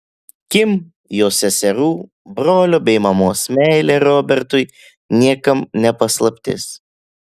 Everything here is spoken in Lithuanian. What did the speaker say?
kim jos seserų brolio bei mamos meilė robertui niekam ne paslaptis